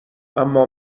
اما